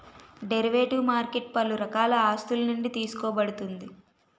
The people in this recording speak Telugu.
డెరివేటివ్ మార్కెట్ పలు రకాల ఆస్తులునుండి తీసుకోబడుతుంది